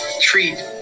treat